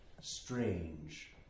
strange